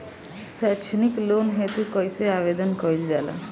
सैक्षणिक लोन हेतु कइसे आवेदन कइल जाला?